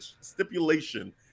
stipulation